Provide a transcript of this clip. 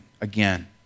again